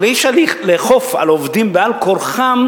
אבל אי-אפשר לאכוף על עובדים, על כורחם,